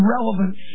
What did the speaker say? relevance